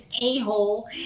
a-hole